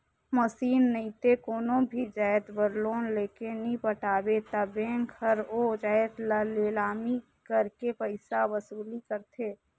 machine नइते कोनो भी जाएत बर लोन लेके नी पटाबे ता बेंक हर ओ जाएत ल लिलामी करके पइसा वसूली करथे